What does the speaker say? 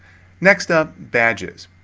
next up, badgets.